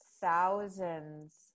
thousands